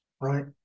right